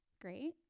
great